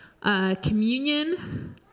Communion